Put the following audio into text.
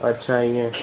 अछा इएं